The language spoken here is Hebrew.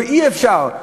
ואי-אפשר,